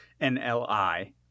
NLI